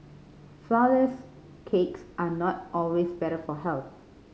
flourless cakes are not always better for health